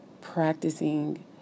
practicing